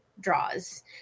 draws